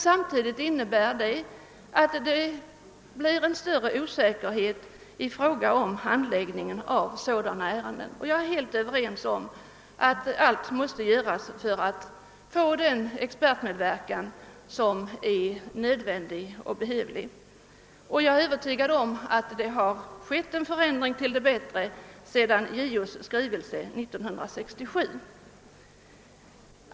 Samtidigt innebär emellertid detta en större osäkerhet i fråga om handläggningen av sådana här ärenden. Jag instämmer i att allt måste göras för att få den behövliga och nödvändiga medverkan av experter, och jag är också övertygad om att det har skett en förändring till det bättre efter JO:s skrivelse 1967.